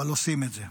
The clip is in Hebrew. אבל עושים את זה.